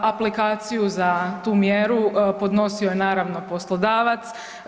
Aplikaciju za tu mjeru podnosio je naravno poslodavac.